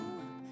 up